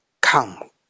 Come